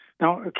Now